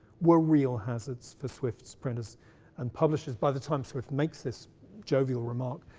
were real hazards for swift's printers and publishers. by the time swift makes this jovial remark,